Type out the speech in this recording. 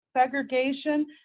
segregation